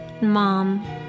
Mom